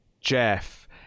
Jeff